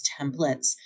templates